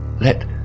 Let